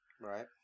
Right